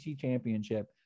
championship